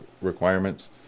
requirements